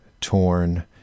torn